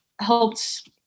helped